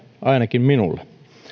ainakin minulle